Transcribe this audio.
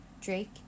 drake